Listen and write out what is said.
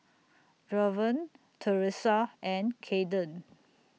Draven Teressa and Kaeden